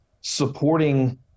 supporting